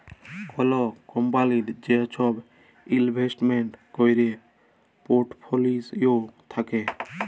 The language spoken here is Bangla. কল কম্পলির যে সব ইলভেস্টমেন্ট ক্যরের পর্টফোলিও থাক্যে